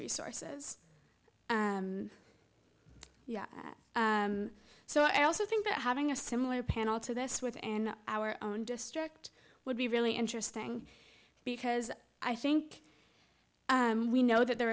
resources and yet so i also think that having a similar panel to this within our own district would be really interesting because i think we know that the